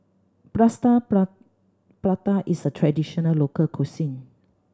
Plaster Prata is a traditional local cuisine